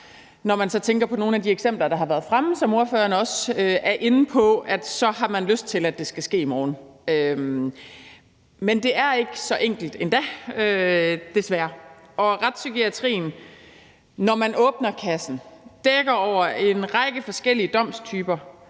når man så tænker på nogle af de eksempler, der har været fremme. Som ordføreren for forslagsstillerne også er inde på, har man lyst til, at det skal ske i morgen. Men det er ikke så enkelt endda, desværre. Når man åbner kassen, dækker retspsykiatrien over en række forskellige domstyper.